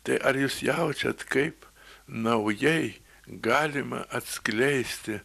tai ar jūs jaučiat kaip naujai galima atskleisti